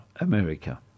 America